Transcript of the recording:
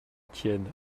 tienne